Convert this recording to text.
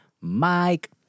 Mike